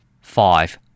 Five